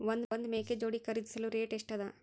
ಒಂದ್ ಮೇಕೆ ಜೋಡಿ ಖರಿದಿಸಲು ರೇಟ್ ಎಷ್ಟ ಅದ?